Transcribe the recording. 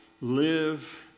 live